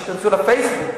אני רוצה שייכנסו ל"פייסבוק",